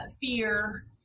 fear